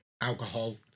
alcohol